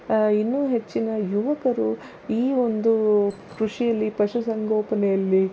ಇನ್ನೂ ಹೆಚ್ಚಿನ ಯುವಕರು ಈ ಒಂದು ಕೃಷಿಯಲ್ಲಿ ಪಶುಸಂಗೋಪನೆಯಲ್ಲಿ